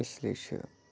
اِسلیے چھِ